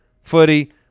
footy